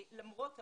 למרות האנטישמיות,